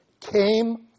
came